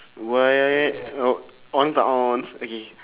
why oh onz tak onz okay